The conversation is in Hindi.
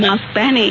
मास्क पहनें